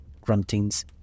gruntings